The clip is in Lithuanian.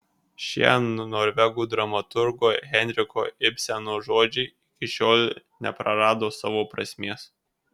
šie norvegų dramaturgo henriko ibseno žodžiai iki šiol neprarado savo prasmės